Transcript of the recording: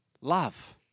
Love